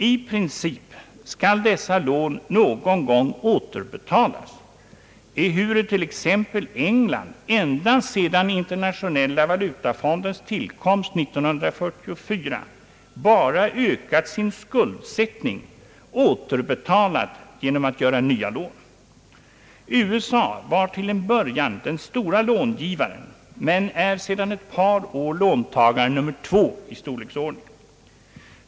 I princip skall dessa lån någon gång återbetalas, ehuru t.ex. England ända sedan Internationella valutafondens tillkomst 1944 bara ökat sin skuldsättning och återbetalat genom att ta nya lån. USA var till en början den stora långivaren men är sedan ett par år låntagaren nr 2 när det gäller storleksordningen.